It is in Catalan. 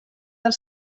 del